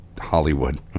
Hollywood